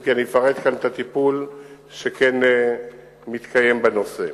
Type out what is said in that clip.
אם כי אני אפרט כאן את הטיפול שכן מתקיים בנושא.